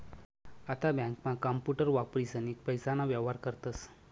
आता बँकांमा कांपूटर वापरीसनी पैसाना व्येहार करतस